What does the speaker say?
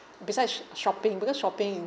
besides sh~ shopping because shopping in